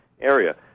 area